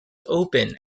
open